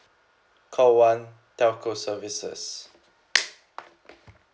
call one telco services